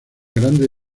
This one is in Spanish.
grandes